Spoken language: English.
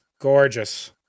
Gorgeous